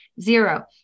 zero